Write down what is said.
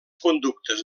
conductes